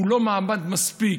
הוא לא מעמד מספיק.